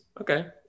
Okay